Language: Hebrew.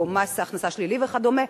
או מס הכנסה שלילי וכדומה,